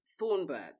Thornbirds